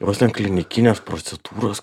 vos ne klinikines procedūras